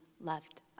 loved